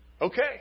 Okay